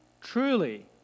Truly